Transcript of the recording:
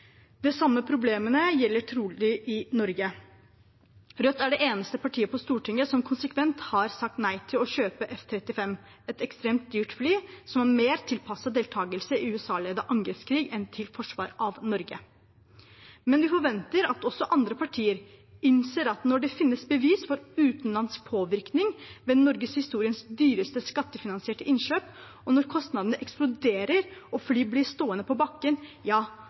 De samme problemene gjelder trolig i Norge. Rødt er det eneste partiet på Stortinget som konsekvent har sagt nei til å kjøpe F-35, et ekstremt dyrt fly som er mer tilpasset deltakelse i en USA-ledet angrepskrig enn forsvar av Norge. Men vi forventer at også andre partier innser at når det finnes bevis for utenlandsk påvirkning ved norgeshistoriens dyreste skattefinansierte innkjøp, og når kostnadene eksploderer og fly blir stående på bakken,